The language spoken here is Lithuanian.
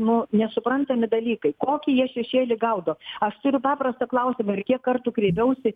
nu nesuprantami dalykai kokį jie šešėlį gaudo aš turiu paprastą klausimą ir kiek kartų kreipiausi